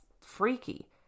freaky